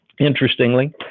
Interestingly